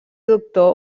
doctor